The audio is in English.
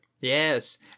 Yes